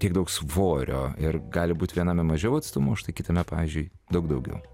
tiek daug svorio ir gali būt viename mažiau atstumo o štai kitame pavyzdžiui daug daugiau